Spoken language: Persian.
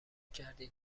کردید